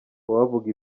uwavuga